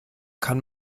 kann